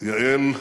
יעל,